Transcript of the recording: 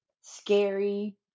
scary